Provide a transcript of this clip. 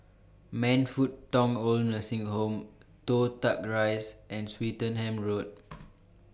Man Fut Tong Oid Nursing Home Toh Tuck Rise and Swettenham Road